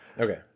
Okay